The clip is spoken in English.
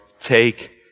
take